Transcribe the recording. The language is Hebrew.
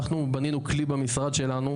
אנחנו בנינו כלי במשרד שלנו,